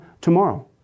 tomorrow